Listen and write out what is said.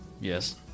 Yes